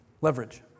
Leverage